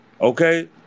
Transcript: Okay